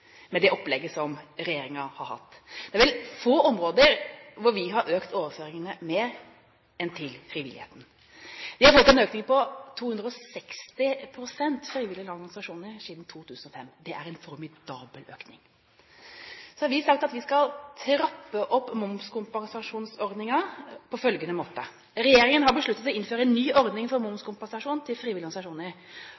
med det opplegget som regjeringen har. Det er vel få områder hvor vi har økt overføringene mer enn til frivilligheten. Frivillige lag og organisasjoner har fått en økning på 260 pst. siden 2005. Det er en formidabel økning. Så har vi sagt at vi skal trappe opp momskompensasjonsordningen på følgende måte: «Regjeringen har besluttet å innføre en ny ordning for